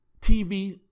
TV